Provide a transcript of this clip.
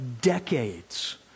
decades